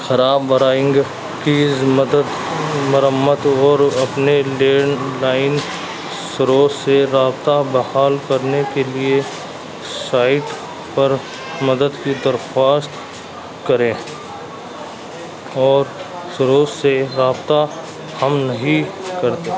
خراب ورائنگ کیز مدد مرمت اور اپنے لینڈ لائن سروس سے رابطہ بحال کرنے کے لیے سائٹ پر مدد کی درخواست کریں اور سروس سے رابطہ ہم نہیں کرتے